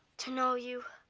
to know you,